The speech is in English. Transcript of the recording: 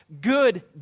good